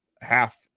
half